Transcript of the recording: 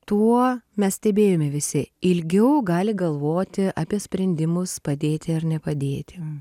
tuo mes stebėjome visi ilgiau gali galvoti apie sprendimus padėti ar nepadėti